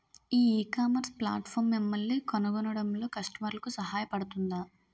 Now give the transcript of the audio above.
ఈ ecommerce platform మిమ్మల్ని కనుగొనడంలో కస్టమర్లకు సహాయపడుతుందా?